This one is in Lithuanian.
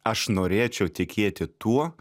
aš norėčiau tikėti tuo